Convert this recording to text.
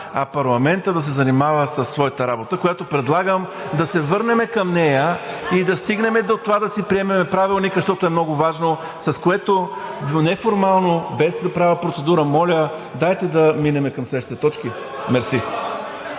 а парламентът да се занимава със своята работа. Предлагам да се върнем към нея и да стигнем до това да си приемем Правилника, защото е много важно, с което неформално, без да правя процедура, моля, дайте да минем към следващите точки. Мерси.